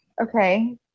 Okay